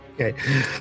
Okay